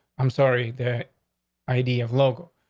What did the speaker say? i'm sorry, that idea of local.